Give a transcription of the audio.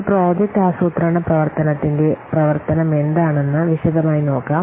ഒരു പ്രോജക്റ്റ് ആസൂത്രണ പ്രവർത്തനത്തിന്റെ പ്രവർത്തനമെന്താണെന്ന് വിശദമായി നോക്കാം